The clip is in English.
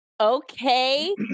Okay